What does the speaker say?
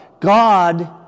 God